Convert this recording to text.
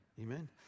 Amen